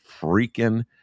freaking